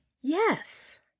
Yes